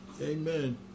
Amen